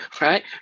right